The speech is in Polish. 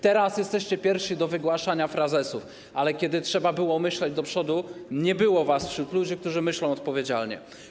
Teraz jesteście pierwsi do wygłaszania frazesów, ale kiedy trzeba było myśleć do przodu, nie było was wśród ludzi, którzy myślą odpowiedzialnie.